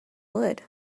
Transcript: wood